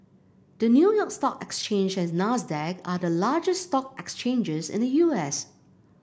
the New York Stock Exchange and Nasdaq are the largest stock exchanges in the U S